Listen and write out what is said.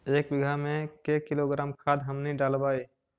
एक बीघा मे के किलोग्राम खाद हमनि डालबाय?